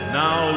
now